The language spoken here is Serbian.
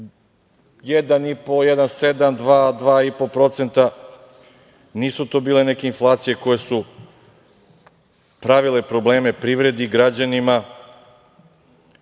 1,5%, 1,7%, 2%, 2,5%, nisu to bile neke inflacije koje su pravile probleme privredi i građanima.